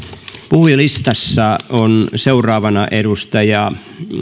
puhujalistassa on seuraavana edustaja